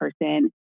person